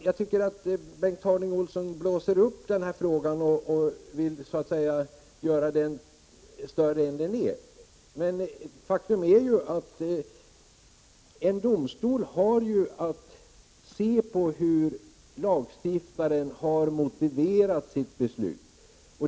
Jag tycker att Bengt Harding Olson blåser upp den här frågan och vill göra den större än vad den är. Men faktum är ju att en domstol skall se på hur lagstiftaren har motiverat sitt beslut.